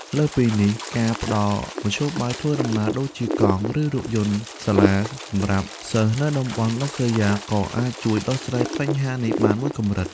លើសពីនេះ ការផ្តល់មធ្យោបាយធ្វើដំណើរដូចជាកង់ ឬរថយន្តសាលាសម្រាប់សិស្សនៅតំបន់ដាច់ស្រយាលក៏អាចជួយដោះស្រាយបញ្ហានេះបានមួយកម្រិត។